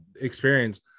experience